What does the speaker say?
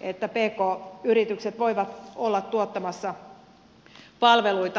että pk yritykset voivat olla tuottamassa palveluita